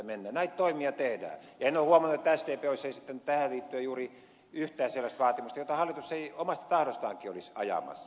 näitä toimia tehdään ja en ole huomannut että sdp olisi esittänyt tähän liittyen juuri yhtään sellaista vaatimusta jota hallitus ei omasta tahdostaankin olisi ajamassa